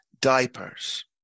diapers